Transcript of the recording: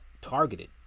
targeted